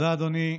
אדוני.